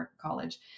college